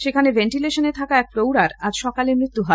সেখানে ভেন্টিলেশনে থাকা এক প্রৌঢ়ার আজ সকালে মৃত্যু হয়